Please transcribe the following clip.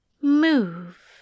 move